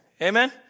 Amen